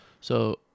So-